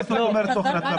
מה זה אומר "תוכן התרבות"?